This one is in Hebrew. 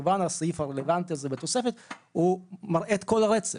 כמובן הסעיף הרלוונטי בתוספת מראה את כל הרצף,